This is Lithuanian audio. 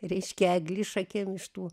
reiškia eglišakėm iš tų